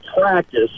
practice